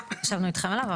ישבנו איתכם עליו,